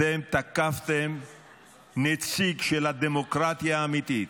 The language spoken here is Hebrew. אתם תקפתם נציג של הדמוקרטיה האמיתית.